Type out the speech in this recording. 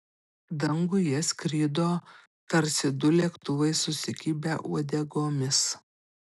danguje skrido tarsi du lėktuvai susikibę uodegomis